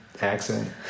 accent